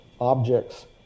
objects